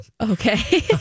okay